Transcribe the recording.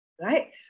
right